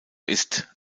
ist